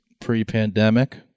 pre-pandemic